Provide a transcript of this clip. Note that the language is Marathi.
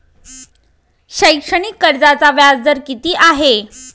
शैक्षणिक कर्जाचा व्याजदर किती आहे?